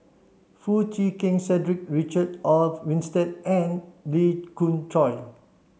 Foo Chee Keng Cedric Richard Olaf Winstedt and Lee Khoon Choy